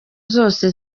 zose